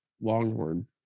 longhorn